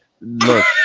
Look